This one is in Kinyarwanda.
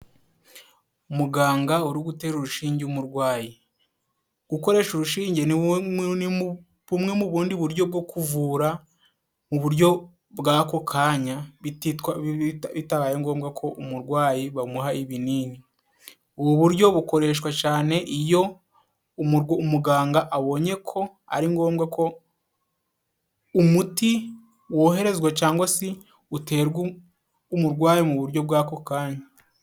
Muganga uri gutera urushinge umurwayi. Gukoresha urushinge ni bumwe mu bundi buryo bwo kuvura mu buryo bw’ako kanya, bitabaye ngombwa ko umurwayi bamuha ibinini. Ubu buryo bukoreshwa cane iyo umuganga abonye ko ari ngombwa ko umuti woherezwa, cangwa si uterwa umurwayi mu buryo bw’ako kanya.